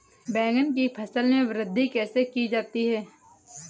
बैंगन की फसल में वृद्धि कैसे की जाती है?